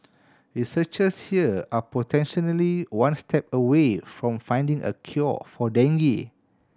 researchers here are potentially one step away from finding a cure for dengue